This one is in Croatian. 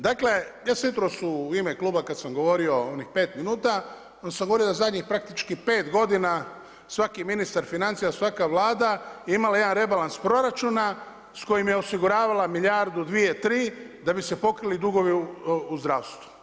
Dakle, ja sam jutros u ime kluba kada sam govorio onih 5 minuta onda sam govorio da zadnjih praktički 5 godina svaki ministar financija, svaka Vlada je imala jedan rebalans proračuna s kojim je osiguravala milijardu, dvije, tri da bi se pokrili dugovi u zdravstvu.